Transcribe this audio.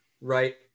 Right